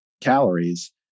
calories